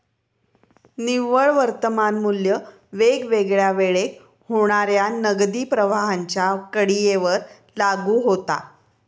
निव्वळ वर्तमान मू्ल्य वेगवेगळ्या वेळेक होणाऱ्या नगदी प्रवाहांच्या कडीयेवर लागू होता